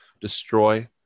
destroy